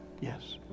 Yes